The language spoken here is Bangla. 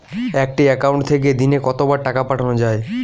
একটি একাউন্ট থেকে দিনে কতবার টাকা পাঠানো য়ায়?